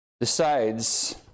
decides